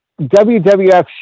WWF